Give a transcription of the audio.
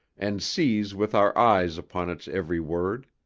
and seize with our eyes upon its every word.